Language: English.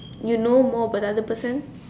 you know more about the other person